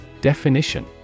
Definition